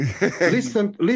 listen